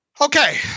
Okay